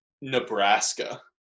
Nebraska